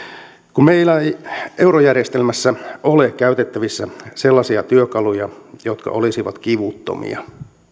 kun meillä ei eurojärjestelmässä ole käytettävissä sellaisia työkaluja jotka olisivat kivuttomia